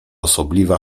osobliwa